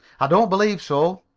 don't believe so.